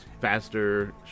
faster